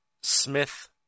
Smith